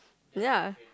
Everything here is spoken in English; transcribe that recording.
ya